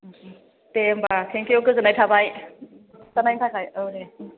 दे होमबा थेंकिउ गोजोननाय थाबाय खिथानायनि थाखाय औ दे